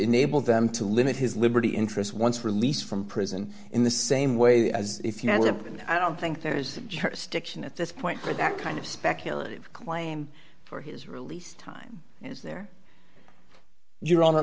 enable them to limit his liberty interest once released from prison in the same way as if you know i don't think there's stiction at this point but that kind of speculative claim for his release time is there you're on th